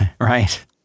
Right